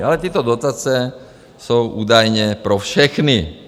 Ale tyto dotace jsou údajně pro všechny.